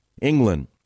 England